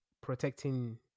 protecting